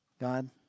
God